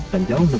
and